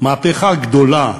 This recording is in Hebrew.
מהפכה גדולה.